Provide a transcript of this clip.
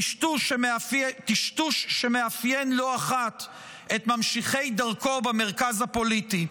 טשטוש שמאפיין לא אחת את ממשיכי דרכו במרכז הפוליטי.